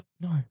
No